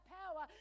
power